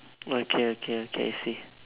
okay okay okay I see